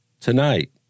Tonight